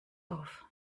auf